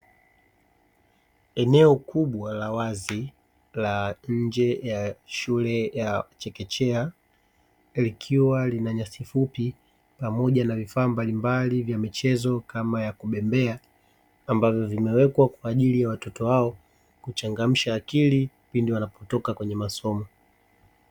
Eneo kubwa la wazi la nje ya shule ya chekechea, likiwa lina nyasi fupi pamoja na vifaa mbalimbali vya michezo kama ya kubembea, ambavyo vimewekwa kwa ajili ya watoto hao, kuchangamsha akili pindi wanapotoka kwenye masomo.